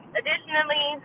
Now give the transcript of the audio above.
additionally